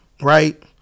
right